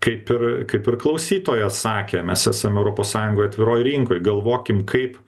kaip ir kaip ir klausytojas sakė mes esam europos sąjungoj atviroj rinkoj galvokim kaip